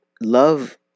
love